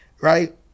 right